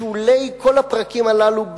בשולי כל הפרקים הללו,